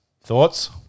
Thoughts